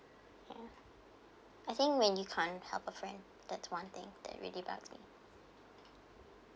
ya I think when you can't help a friend that's one thing that really bugs me